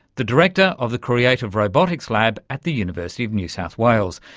the director of the creative robotics lab at the university of new south wales,